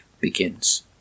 begins